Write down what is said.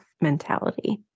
mentality